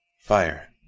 Fire